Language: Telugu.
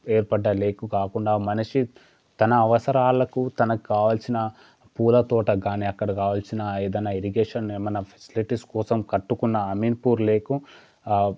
ఏర్పడ్డ లేక్ కాకుండా మనిషి తన అవసరాలకు తనకి కావలసిన పూలతోట కానీ అక్కడ కావలసిన ఏదైనా ఇరిగేషన్ ఏమైనా ఫెసిలిటీస్ కోసం కట్టుకున్న అమీన్ పూర్ లేక్